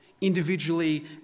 individually